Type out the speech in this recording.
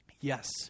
yes